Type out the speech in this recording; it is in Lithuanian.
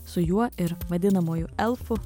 su juo ir vadinamuoju elfu